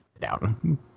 down